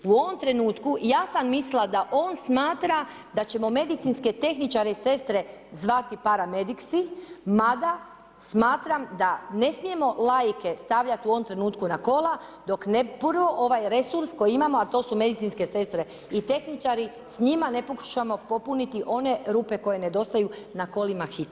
U ovom trenutku ja sam mislila da on smatra da ćemo medicinske tehničare i sestre zvati paramediksi mada smatram da ne smijemo laike stavljati u ovom trenutku na kola, dok … [[Govornica se ne razumije.]] ovaj resurs koji imamo, a to su medicinske sestre i tehničari s njima ne pokušamo popuniti one rupe koje nedostaju na kolima Hitne.